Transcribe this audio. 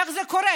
איך זה קורה?